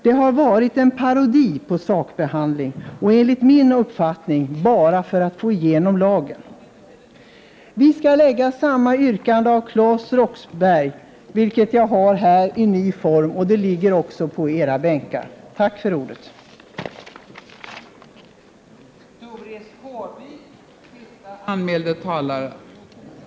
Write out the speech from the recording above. Det har varit en parodi på sakbehandling, och enligt min uppfattning bara för att få igenom lagen. Vi lägger på nytt fram yrkandet av Claes Roxbergh, i ny form. Det är utdelat på ledamöternas bänkar och har följande lydelse: Vi yrkar med åberopande av 2 kap. 12 § och 20 § regeringsformen att